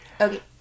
Okay